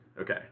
Okay